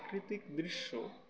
প্রাকৃতিক দৃশ্য